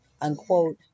unquote